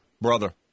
Brother